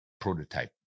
prototype